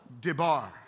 debar